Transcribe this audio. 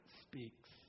speaks